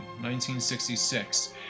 1966